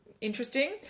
Interesting